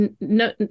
no